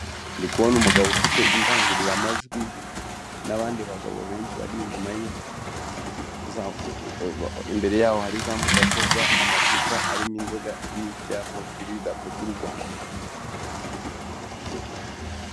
Ndi kubona umugabo ufite indangururamajwi, n'abandi bagabo benshi bari inyuma ye, imbere y'abo hari za mudasobwa, amacupa arimo inzoga n'ibyapa biriho idarapo ry'u Rwanda.